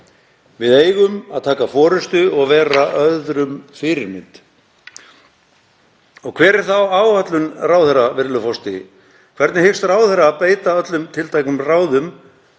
Við eigum að taka forystu og vera öðrum fyrirmynd. Og hver er þá áætlun ráðherra, virðulegur forseti? Hvernig hyggst ráðherra beita öllum tiltækum ráðum,